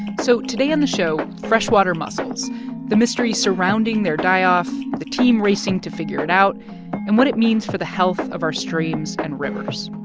so today on the show, freshwater mussels the mystery surrounding their die-off, the team racing to figure it out and what it means for the health of our streams and rivers